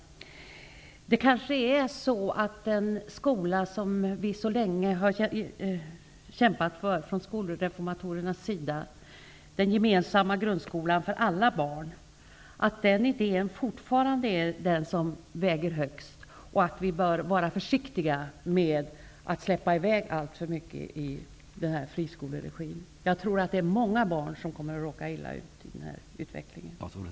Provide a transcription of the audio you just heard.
Det kanske är så att den idé som skolreformatorerna så länge har kämpat för, den gemensamma grundskolan för alla barn, fortfarande är den som väger tyngst och att vi bör vara försiktiga med att släppa i väg alltför mycket i friskoleregim. Jag tror att många barn kommer att råka illa ut i den utveckling som nu sker.